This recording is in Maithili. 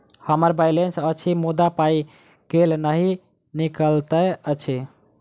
हम्मर बैलेंस अछि मुदा पाई केल नहि निकलैत अछि?